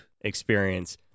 experience